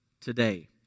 today